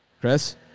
Chris